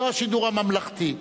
לא השידור הממלכתי.